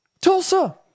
Tulsa